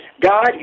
God